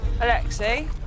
Alexei